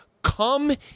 Come